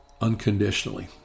unconditionally